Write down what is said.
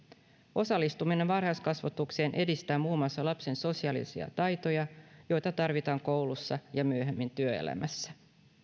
osallistuminen varhaiskasvatukseen edistää muun muassa lapsen sosiaalisia taitoja joita tarvitaan koulussa ja myöhemmin työelämässä